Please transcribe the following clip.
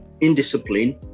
indiscipline